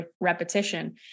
repetition